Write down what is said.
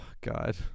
God